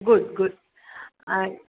good good a